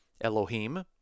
Elohim